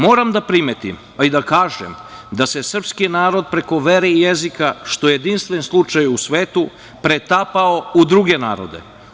Moram da primetim, pa i da kažem, da se srpski narod preko vere i jezika, što je jedinstven slučaj u svetu, pretapao u druge narode.